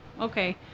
okay